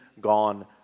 gone